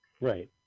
Right